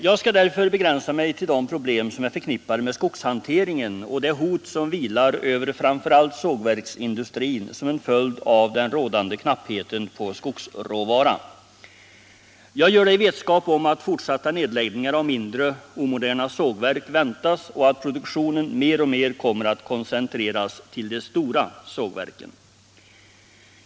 Jag skall därför begränsa mig till de problem som är förknippade med skogshanteringen och det hot som vilar över framför allt sågverksindustrin som en följd av den rådande knappheten på skogsråvara. Jag gör det i vetskap om att fortsatta nedläggningar av mindre, omoderna sågverk väntas och att produktionen mer och mer kommer att koncentreras till de stora sågverken.